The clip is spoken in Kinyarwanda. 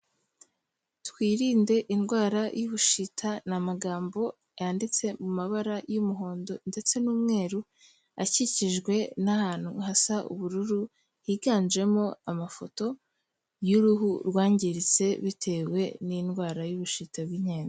Twirinde indwara y'Ubushita, ni amagambo yanditse mu mabara y'umuhondo ndetse n'umweru akikijwe n'ahantu hasa ubururu, higanjemo amafoto y'uruhu rwangiritse bitewe n'indwara y'ubushita bw'inkende.